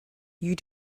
you